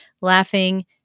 laughing